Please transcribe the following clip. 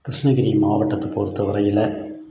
கிருஷ்ணகிரி மாவட்டத்தை பொறுத்த வரையில்